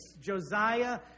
Josiah